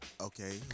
Okay